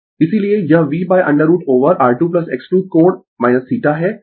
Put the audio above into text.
इसीलिये यह V√ over R2X2 कोण θ है